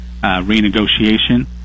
renegotiation